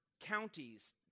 counties